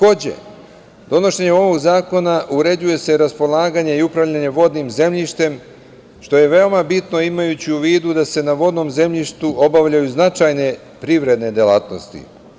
Donošenje ovog zakona, uređuje se raspolaganje i upravljanje vodnim zemljištem, što je veoma bitno imajući u vidu, da se na vodnom zemljištu obavljaju značajne privredne delatnosti.